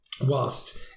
whilst